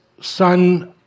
son